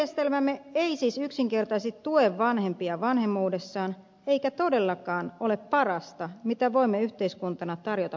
nykyjärjestelmämme ei siis yksinkertaisesti tue vanhempia vanhemmuudessaan eikä todellakaan ole parasta mitä voimme yhteiskuntana tarjota pienelle lapselle